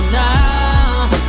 now